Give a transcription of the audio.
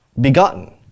begotten